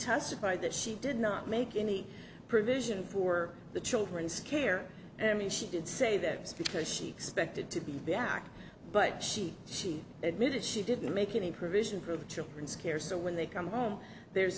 testified that she did not make any provision for the children scare me she did say that it was because she expected to be back but she she admitted she didn't make any provision for the children's care so when they come home there's